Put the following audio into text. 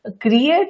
create